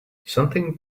something